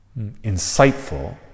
insightful